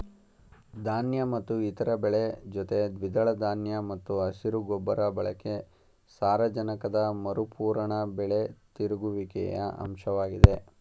ಧಾನ್ಯ ಮತ್ತು ಇತರ ಬೆಳೆ ಜೊತೆ ದ್ವಿದಳ ಧಾನ್ಯ ಮತ್ತು ಹಸಿರು ಗೊಬ್ಬರ ಬಳಕೆ ಸಾರಜನಕದ ಮರುಪೂರಣ ಬೆಳೆ ತಿರುಗುವಿಕೆಯ ಅಂಶವಾಗಿದೆ